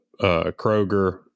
Kroger